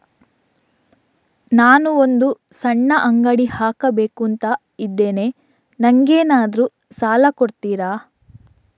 ನಾನು ಒಂದು ಸಣ್ಣ ಅಂಗಡಿ ಹಾಕಬೇಕುಂತ ಇದ್ದೇನೆ ನಂಗೇನಾದ್ರು ಸಾಲ ಕೊಡ್ತೀರಾ?